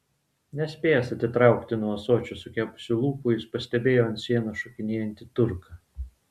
nespėjęs atitraukti nuo ąsočio sukepusių lūpų jis pastebėjo ant sienos šokinėjantį turką